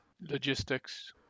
Logistics